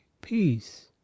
peace